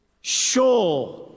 sure